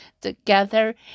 together